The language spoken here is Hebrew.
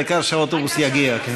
העיקר שהאוטובוס יגיע.